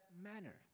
manner